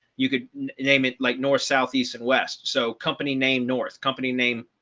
you could name it like north, south, east and west. so company name north company name,